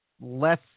less